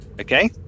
Okay